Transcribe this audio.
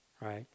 right